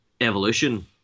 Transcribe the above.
evolution